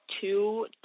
two